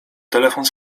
telefon